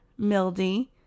Mildy